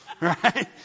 Right